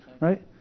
right